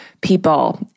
People